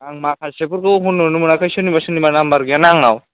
आं माखासे फोरखौ होनहरनो मोनाखै सोरनिबा सोरनिबा नाम्बार गैयाना आंनाव